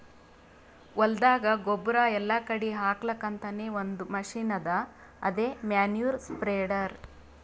ಹೊಲ್ದಾಗ ಗೊಬ್ಬುರ್ ಎಲ್ಲಾ ಕಡಿ ಹಾಕಲಕ್ಕ್ ಅಂತಾನೆ ಒಂದ್ ಮಷಿನ್ ಅದಾ ಅದೇ ಮ್ಯಾನ್ಯೂರ್ ಸ್ಪ್ರೆಡರ್